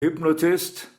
hypnotist